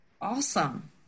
Awesome